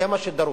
זה מה שדרוש.